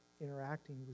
interacting